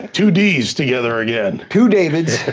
two d's together again. two david's.